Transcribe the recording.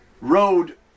road